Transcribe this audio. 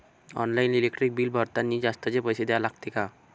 Online electric bill भरतानी जास्तचे पैसे द्या लागते का?